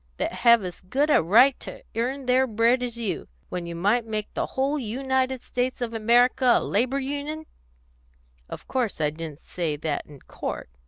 that have as good a right to earn their bread as you, when you might make the whole united states of america a labour union of course i didn't say that in court.